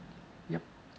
yup